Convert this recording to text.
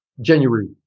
January